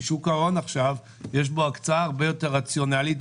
בשוק ההון עכשיו יש הקצאה הרבה יותר רציונלית,